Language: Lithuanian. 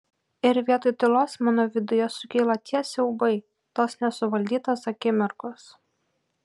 ir vietoj tylos mano viduje sukyla tie siaubai tos nesuvaldytos akimirkos